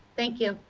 thank you.